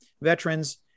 veterans